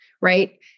right